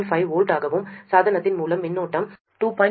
5 V ஆகவும் சாதனத்தின் மூலம் மின்னோட்டம் 2